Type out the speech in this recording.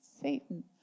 Satan